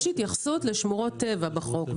יש התייחסות לשמורות טבע בחוק,